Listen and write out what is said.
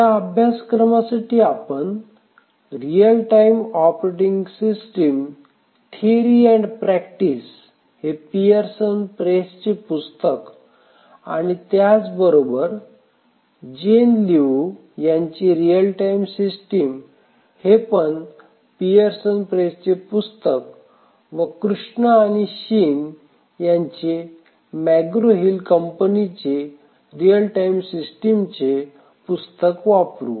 या अभ्यासक्रमासाठी आपण real time system theory and practice हे पिअरसन प्रेसचे पुस्तक आणि त्याबरोबर जेन लिऊ यांचे रियल टाईम सिस्टीम हे पण पिअरसन प्रेसचे पुस्तक व कृष्णा आणि शीन यांचे मॅक ग्रो हिल कंपनीचे रिअल टाईम सिस्टीम ही पुस्तके वापरू